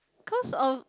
cause of